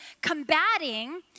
combating